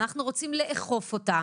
אנחנו רוצים לאכוף אותה,